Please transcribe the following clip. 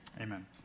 Amen